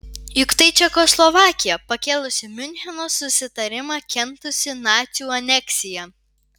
juk tai čekoslovakija pakėlusi miuncheno susitarimą kentusi nacių aneksiją